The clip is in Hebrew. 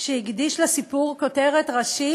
שהקדיש לסיפור כותרת ראשית.